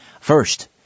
First